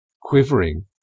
quivering